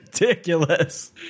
ridiculous